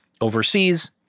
overseas